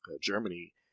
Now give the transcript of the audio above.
Germany